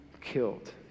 killed